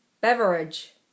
beverage